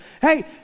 Hey